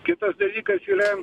kitas dalykas yra